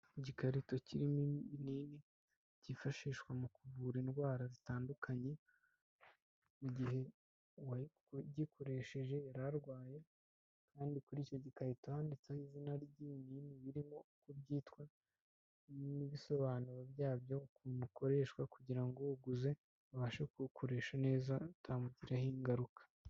Igikarito kirimo n'ibinini byifashishwa mu kuvura indwara zitandukanye mu gihe uwagikoresheje yari arwaye kandi kuri icyo gikarito handitseho izina ry'ibinini birimo uko byitwa n'ibisobanuro byabyo, ukuntu bikoreshwa kugira ngo uguze abashe kuwukoresha neza, utamugiraho ingaruka.